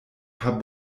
paar